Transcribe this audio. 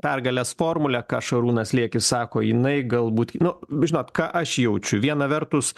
pergalės formulė kad šarūnas liekis sako jinai galbūt nu žinot ką aš jaučiu viena vertus